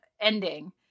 ending